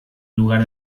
lugar